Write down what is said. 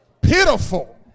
pitiful